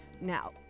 now